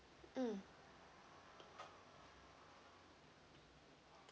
mm